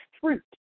fruit